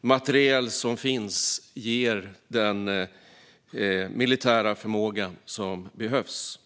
materiel som finns ger den militära förmåga som behövs.